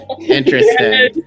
Interesting